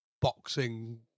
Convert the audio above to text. boxing